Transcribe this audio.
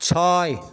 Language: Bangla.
ছয়